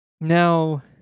Now